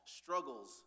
struggles